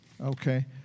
Okay